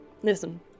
Listen